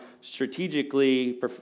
strategically